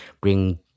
bring